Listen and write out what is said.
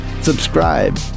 subscribe